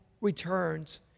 returns